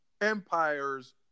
Empire's